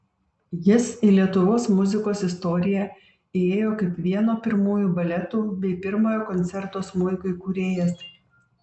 jis į lietuvos muzikos istoriją įėjo kaip vieno pirmųjų baletų bei pirmojo koncerto smuikui kūrėjas